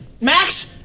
Max